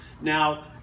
Now